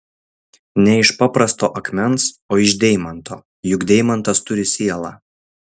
ne iš paprasto akmens o iš deimanto juk deimantas turi sielą